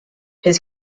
his